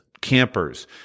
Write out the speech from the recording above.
campers